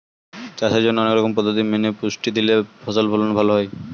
চাষের জন্যে অনেক রকম পদ্ধতি মেনে পুষ্টি দিলে ফসল ফলন ভালো হয়